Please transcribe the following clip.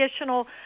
additional